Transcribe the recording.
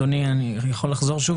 אני יכול לחזור שוב,